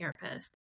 therapist